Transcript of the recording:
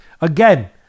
Again